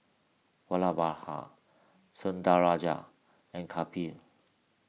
Vallabhbhai Sundaraiah and Kapil